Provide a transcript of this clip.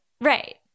Right